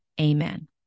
Amen